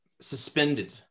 suspended